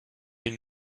une